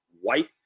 white